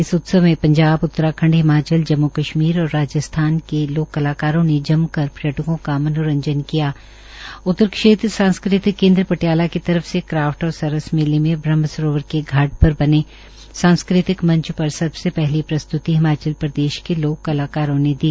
इस उत्सव में पंजाब उत्तराखंड हिमाचल जम्म् कश्मीर और राजस्थान के लोक कलाकारों ने जमकर पर्यटकों का मनोरंजन किया उत्तर क्षेत्र सांस्कृतिक केंद्र पटियाला की तरफ से क्राफ्ट और सरस मेले में ब्रहमसरोवर के घाट पर बने सांस्कृतिक मंच पर सबसे पहली प्रस्त्ति हिमाचल प्रदेश के लोक कलाकारों ने दी